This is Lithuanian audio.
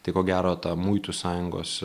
tai ko gero ta muitų sąjungos